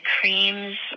creams